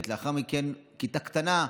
תעזבו,